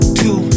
two